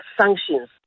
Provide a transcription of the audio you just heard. sanctions